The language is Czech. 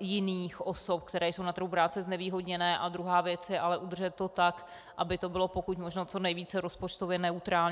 jiných osob, které jsou na trhu práce znevýhodněné a druhá věc je ale udržet to tak, aby to bylo pokud možno co nejvíce rozpočtově neutrální.